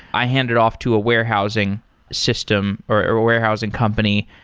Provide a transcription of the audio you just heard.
i hand it off to a warehousing system or a warehousing company,